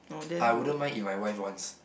I wouldn't mind if my wife wants